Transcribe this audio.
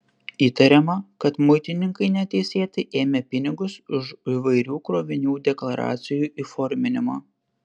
įtariama kad muitininkai neteisėtai ėmė pinigus už įvairių krovinių deklaracijų įforminimą